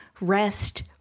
rest